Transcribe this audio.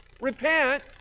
repent